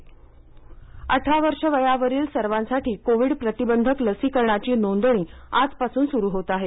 लसीकरण नोंदणी अठरा वर्षे वयावरील सर्वांसाठी कोविड प्रतिबंधक लसीकरणाची नोंदणी आजपासून सुरु होत आहे